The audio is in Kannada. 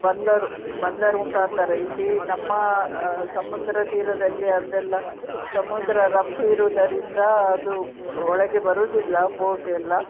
ಬಂದರು ಬಂದರು ಮುಖಾಂತರ ಇಲ್ಲಿ ನಮ್ಮ ಸಮುದ್ರ ತೀರದಲ್ಲಿ ಅದೆಲ್ಲ ಸಮುದ್ರ ರಫ್ ಇರುವುದರಿಂದ ಅದು ಒಳಗೆ ಬರೋದಿಲ್ಲ ಬೋಟ್ ಎಲ್ಲ